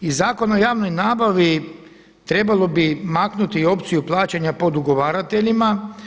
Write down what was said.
I Zakon o javnoj nabavi trebalo bi maknuti i opciju plaćanja podugovarateljima.